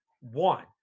One